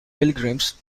pilgrims